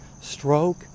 stroke